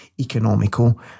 economical